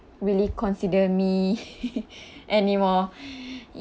really consider me anymore